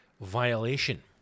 violation